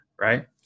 right